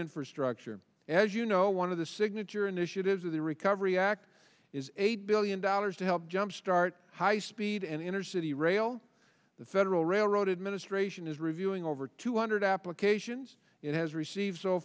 infrastructure as you know one of the signature initiatives of the recovery act is eight billion dollars to help jump start high speed and inner city rail the federal railroad administration is reviewing over two hundred applications it has received so